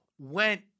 went